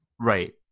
Right